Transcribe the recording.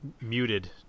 muted